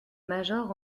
major